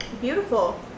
beautiful